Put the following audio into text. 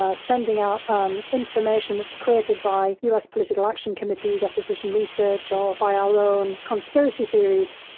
ah sending out um information that's created by us political action committees opposition research, or by our own conspiracy theories,